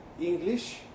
English